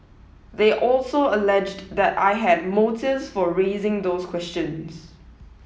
they also alleged that I had motives for raising those questions